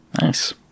Nice